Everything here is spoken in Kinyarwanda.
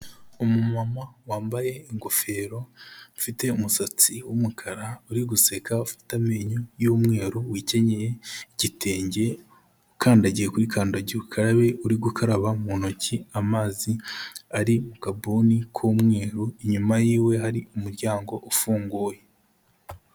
Umu mama wambaye ingofero, ufite umusatsi w'umukara uri guseka ufite amenyo y'umweru wikenyeye igitenge, ukandagiye kuri kandagira ukarabe uri gukaraba mu ntoki amazi ari mu kabuni k'umweru, inyuma yiwe hari umuryango ufunguye.